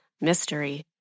mystery